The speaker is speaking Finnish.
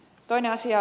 toinen asia